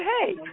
hey